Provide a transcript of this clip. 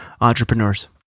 Entrepreneurs